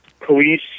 police